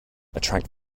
attract